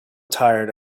tired